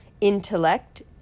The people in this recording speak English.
intellect